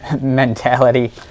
Mentality